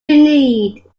need